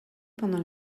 pendant